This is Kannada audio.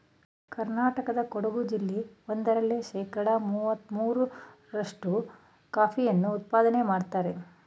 ಕರ್ನಾಟಕದ ಕೊಡಗು ಜಿಲ್ಲೆ ಒಂದರಲ್ಲೇ ಶೇಕಡ ಮುವತ್ತ ಮೂರ್ರಷ್ಟು ಕಾಫಿಯನ್ನು ಉತ್ಪಾದನೆ ಮಾಡ್ತರೆ